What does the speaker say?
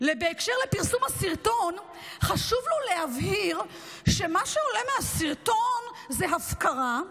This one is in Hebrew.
בקשר לפרסום הסרטון חשוב לו להבהיר שמה שעולה מהסרטון זה הפקרה,